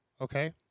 Okay